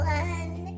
one